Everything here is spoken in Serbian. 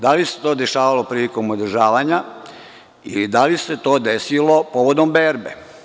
Da li se to desilo prilikom održavanja ili da li se to desilo povodom berbe?